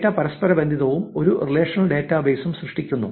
data പരസ്പരബന്ധിതവും ഒരു relational ഡാറ്റാബേസിൽ സൂക്ഷിക്കുന്നു